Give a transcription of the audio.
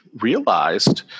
realized